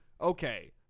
Okay